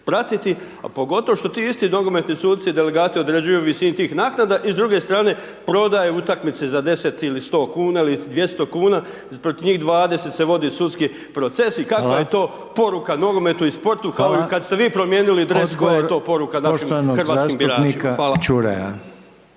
pratiti a pogotovo što ti isti nogometni suci, delegati određuju visinu tih naknada i s druge strane, prodaju utakmice za 10 ili 100 kn, ili 200 kn, protiv njih 20 se vodi sudski proces i kakva je to poruka nogometu u sportu, kao i kad sve vi promijenili dres, koja je to poruka našim hrvatskim biračima.